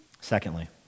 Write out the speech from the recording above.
Secondly